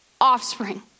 offspring